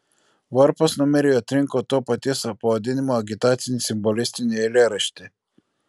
varpas numeriui atrinko to paties pavadinimo agitacinį simbolistinį eilėraštį